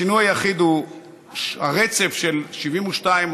השינוי היחיד הוא הרצף של 72,